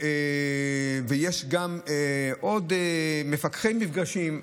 ויש עוד מפקחי מפגשים.